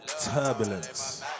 Turbulence